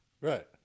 Right